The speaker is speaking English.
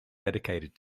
dedicated